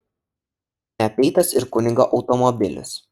neapeitas ir kunigo automobilis